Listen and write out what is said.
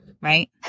right